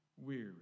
weary